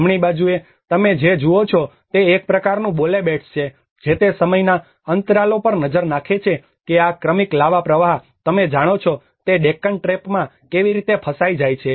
જમણી બાજુએ તમે જે જુઓ છો તે એક પ્રકારનું બોલે બેડ્સ છે જે તે સમયના અંતરાલો પર નજર નાખે છે કે આ ક્રમિક લાવા પ્રવાહ તમે જાણો છો તે ડેક્કન ટ્રેપમાં કેવી રીતે ફસાઈ ગયા છે